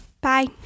Bye